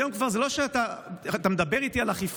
היום כבר זה לא שאתה, איך אתה מדבר איתי על אכיפה?